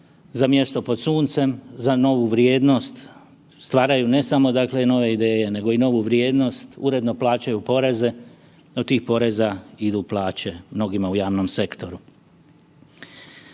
za mjesto pod suncem, za novu vrijednost. Stvaraju ne samo, dakle nove ideje nego i novu vrijednost, uredno plaćaju poreze, no od tih poreza idu plaće mnogima u javnom sektoru.